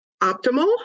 optimal